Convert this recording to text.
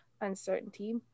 uncertainty